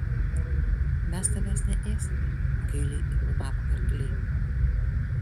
mes tavęs neėsime gailiai aimanavo arkliai